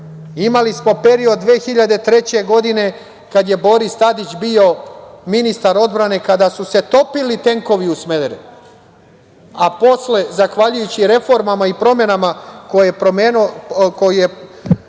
Imali smo period 2003. godine, kada je Boris Tadić bio ministar odbrane, kada su se topili tenkovi u Smederevu a posle zahvaljujući reformama i promenama koje je pokrenuo